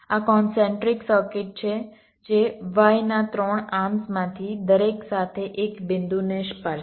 આ concentric circuit છે જે Y ના 3 આર્મ્સમાંથી દરેક સાથે એક બિંદુને સ્પર્શે છે